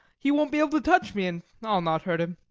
he won't be able to touch me and i'll not hurt him.